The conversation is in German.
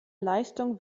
leistung